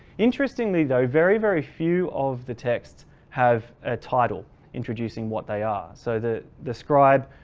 interestingly, though, very very few of the texts have a title introducing what they are, so the the scribe